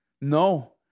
No